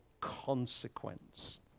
consequence